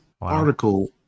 article